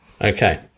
Okay